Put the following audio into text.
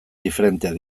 diferenteak